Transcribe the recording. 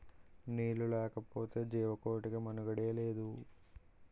నీళ్లు లేకపోతె జీవకోటికి మనుగడే లేదు